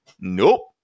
Nope